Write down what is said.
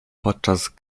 podczas